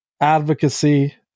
advocacy